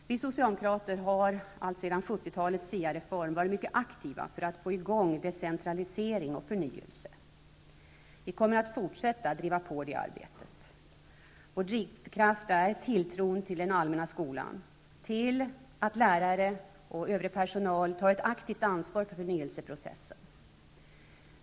Vi socialdemokrater har allt sedan 1970-talets SIA reform varit mycket aktiva för att få i gång en decentralisering och förnyelse. Vi kommer att fortsätta att driva på det arbetet. Vår drivkraft är tilltron till den allmänna skolan, till att lärare och övrig personal tar ett aktivt ansvar för förnyelseprocessen.